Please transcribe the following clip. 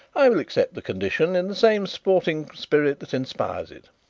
i will accept the condition in the same sporting spirit that inspires it.